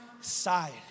side